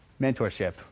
Mentorship